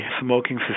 smoking